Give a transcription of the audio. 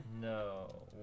No